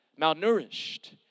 malnourished